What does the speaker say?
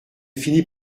fini